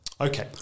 Okay